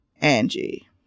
Angie